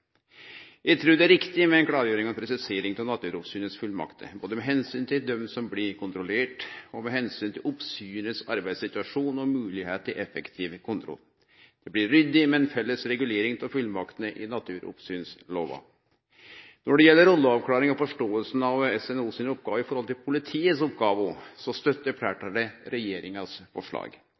trur det er riktig med ei klargjering og presisering av Naturoppsynet sine fullmakter, både med omsyn til kven som blir kontrollert, og med omsyn til oppsynet sin arbeidssituasjon og moglegheit til effektiv kontroll. Det blir ryddig med ei felles regulering av fullmaktene i naturoppsynslova. Når det gjeld rolleavklaring og forståing av SNO si rolle og politiet sine